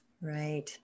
Right